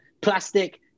Plastic